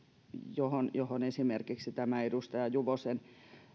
johon johon esimerkiksi tämä edustaja juvosen